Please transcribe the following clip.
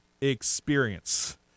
experience